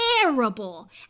terrible